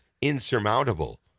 insurmountable